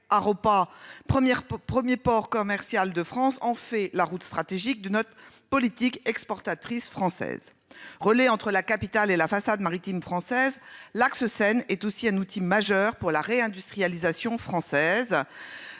Haropa première 1er port commercial de France. En fait la route stratégique de notre politique exportatrices françaises relais entre la capitale et la façade maritime française l'axe Seine est aussi un outil majeur pour la réindustrialisation française.